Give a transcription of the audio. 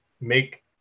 make